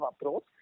approach